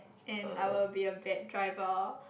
and I will be a bad driver